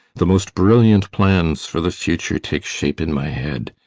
the most brilliant plans for the future take shape in my head.